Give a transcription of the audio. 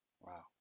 Wow